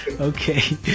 okay